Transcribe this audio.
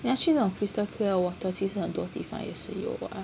你要去那种 crystal clear water 其实很多地方也是有 [what]